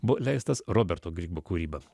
buvo leistas roberto grybo kūryba